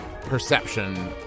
perception